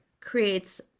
creates